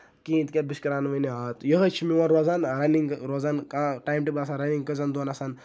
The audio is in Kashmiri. کِہینۍ تِکیازِ بہٕ چھُس کران وۄنۍ یِۄہے چھُ روزان میون رَنِگ ٹایم ٹیبٕل آسان رَنِگ کٔژھن دۄہَن آسان